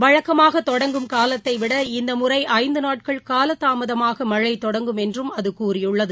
வழக்கமாக தொடங்கும் காலத்தைவிட இந்த முறை ஐந்து நாட்கள் காலதாமதமாக மழை தொட்ங்கும் என்றும் அது கூறியுள்ளது